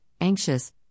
anxious